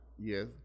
Yes